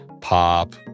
pop